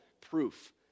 proof